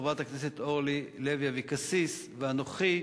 חברת הכנסת אורלי לוי אבקסיס ואנוכי,